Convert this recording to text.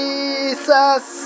Jesus